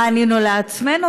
מה ענינו לעצמנו?